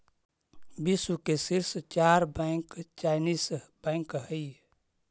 विश्व के शीर्ष चार बैंक चाइनीस बैंक हइ